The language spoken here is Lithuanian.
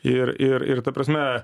ir ir ir ta prasme